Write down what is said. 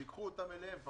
שייקחו אותם אליהם.